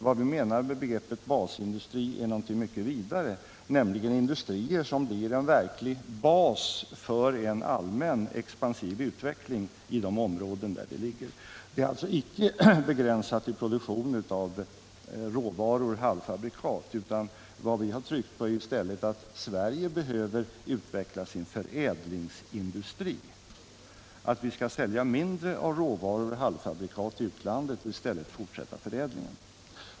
Vad vi menar med begreppet basindustri är någonting mycket vidare: industrier som blir en verklig bas för en allmän expansiv utveckling i de områden där 'de ligger. Det är alltså icke begränsat till produktion av råvaror och halvfabrikat, utan vad vi har tryckt på är att Sverige behöver utveckla sin förädlingsindustri, att vi skall sälja mindre av råvaror och halvfabrikat i utlandet och i stället fortsätta förädlingen.